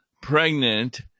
pregnant